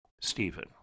Stephen